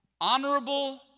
Honorable